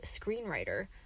screenwriter